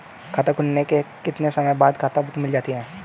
खाता खुलने के कितने समय बाद खाता बुक मिल जाती है?